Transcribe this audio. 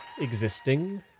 existing